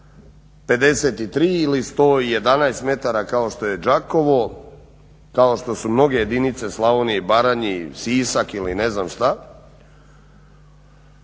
53 ili 111 metara kao što je Đakovo, kao što su mnoge jedinice Slavonije i Baranje, Sisak ili ne znam šta.